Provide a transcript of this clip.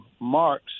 Marks